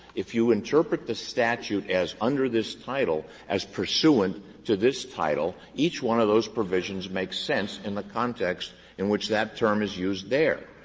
if you interpret the statute as under this title as pursuant to this title, each one of those provisions makes sense in the context in which that term is used there.